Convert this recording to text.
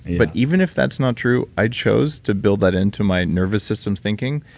but even if that's not true, i chose to build that into my nervous system's thinking,